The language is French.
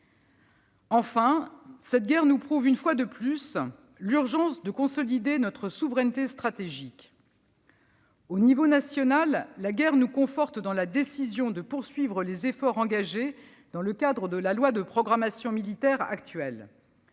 Enfin, cette guerre nous prouve une fois de plus l'urgence de consolider notre souveraineté stratégique. À l'échelon national, la guerre nous conforte dans la décision de poursuivre les efforts engagés dans le cadre de la loi de programmation militaire actuelle.